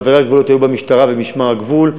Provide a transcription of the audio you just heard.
מעברי הגבולות היו במשטרה ובמשמר הגבול.